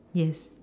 yes